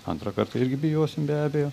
antrą kartą irgi bijosim be abejo